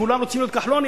כולם רוצים להיות כחלונים,